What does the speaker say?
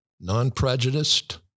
non-prejudiced